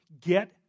get